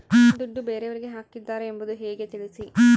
ದುಡ್ಡು ಬೇರೆಯವರಿಗೆ ಹಾಕಿದ್ದಾರೆ ಎಂಬುದು ಹೇಗೆ ತಿಳಿಸಿ?